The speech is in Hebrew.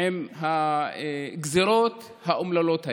עם הגזרות האומללות האלה.